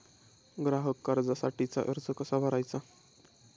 ग्राहक कर्जासाठीचा अर्ज कसा भरायचा?